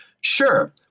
Sure